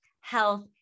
health